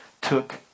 took